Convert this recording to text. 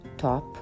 Top